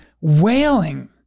wailing